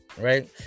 right